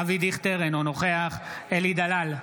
אבי דיכטר, אינו נוכח אלי דלל,